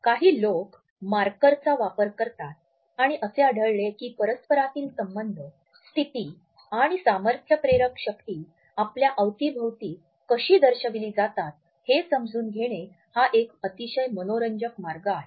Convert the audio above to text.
काही लोक मार्करचा वापर करतात आणि असे आढळले की परस्परांतील संबंध स्थिती आणि सामर्थ्य प्रेरक शक्ती आपल्या अवतीभवती कशी दर्शविली जातात हे समजून घेणे हा एक अतिशय मनोरंजक मार्ग आहे